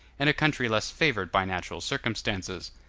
in a country less favored by natural circumstances.